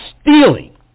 stealing